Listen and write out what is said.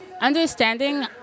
understanding